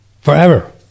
forever